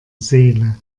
seele